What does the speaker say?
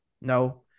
No